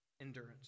endurance